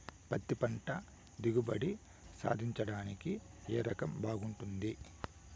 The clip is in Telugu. పత్తి పంట దిగుబడి సాధించడానికి ఏ రకం బాగుంటుంది?